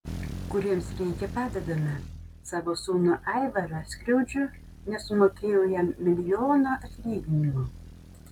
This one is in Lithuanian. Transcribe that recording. kuriems reikia padedame savo sūnų aivarą skriaudžiu nesumokėjau jam milijono atlyginimo